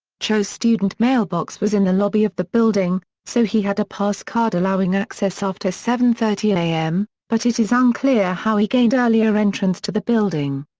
cho's student mailbox was in the lobby of the building, so he had a pass card allowing access after seven thirty a m, but it is unclear how he gained earlier entrance to the building.